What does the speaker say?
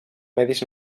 medis